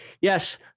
Yes